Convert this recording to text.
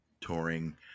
touring